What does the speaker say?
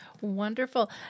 wonderful